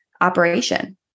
operation